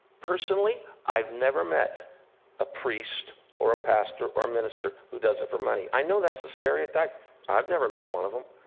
personally, i've never met a priest or a pastor or a minister who does it for money. i know that's the stereotype i've never met one of them.